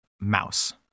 mouse